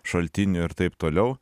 šaltinių ir taip toliau